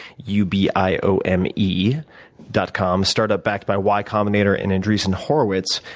u b i o m e dot com, startup backed by y combinator and andreesson horowitz,